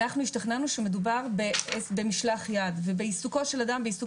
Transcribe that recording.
אנחנו השתכנענו שמדובר במשלח יד ובעיסוקו של אדם בעיסוק